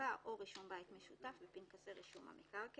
משותף בפנקסי רישום המקרקעין.